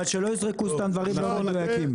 אבל שלא יזרקו סתם דברים לא מדויקים.